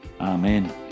Amen